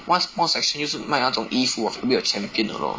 one small section 就是卖那种衣服 maybe 有 Champion 的 lor